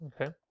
okay